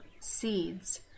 seeds